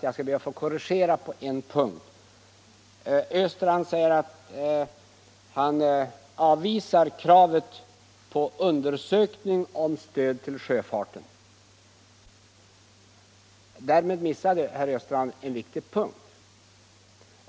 Jag skall därför korrigera honom i ett avseende. Herr Östrand avvisar kravet på undersökning av ett stöd till sjöfarten. Därmed missar herr Östrand en viktig punkt.